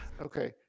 okay